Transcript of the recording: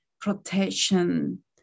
protection